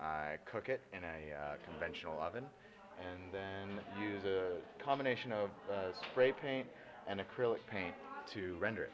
i cook it in a conventional oven and then use a combination of gray paint and acrylic paint to render